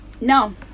No